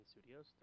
Studios